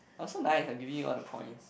I'm so nice I'm giving you all the points